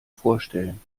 vorstellen